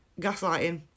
Gaslighting